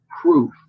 proof